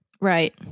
Right